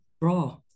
bra